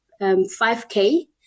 5k